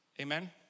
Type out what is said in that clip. amen